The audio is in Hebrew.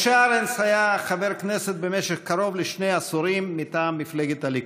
משה ארנס היה חבר כנסת במשך קרוב לשני עשורים מטעם מפלגת הליכוד.